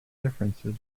differences